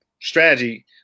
strategy